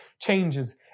changes